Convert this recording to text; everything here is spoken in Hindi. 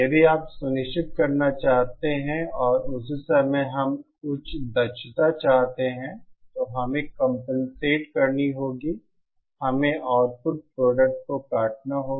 यदि आप यह सुनिश्चित करना चाहते हैं और उसी समय हम उच्च दक्षता चाहते हैं तो हमें कंपेनसेट करनी होगी हमें आउटपुट प्रोडक्ट को काटना होगा